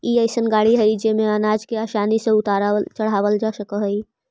ई अइसन गाड़ी हई जेमे अनाज के आसानी से उतारल चढ़ावल जा सकऽ हई